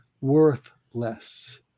worthless